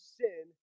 sin